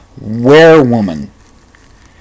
werewolf